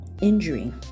injury